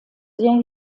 sehr